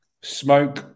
smoke